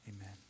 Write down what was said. amen